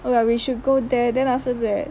oh ya we should go there then after that